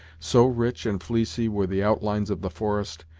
so rich and fleecy were the outlines of the forest,